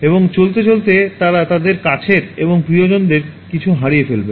এবং চলতে চলতে তারা তাদের কাছের এবং প্রিয়জনদের কিছু হারিয়ে ফেলবে